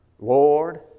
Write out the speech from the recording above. Lord